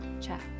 check